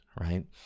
right